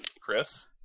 Chris